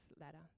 ladder